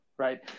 Right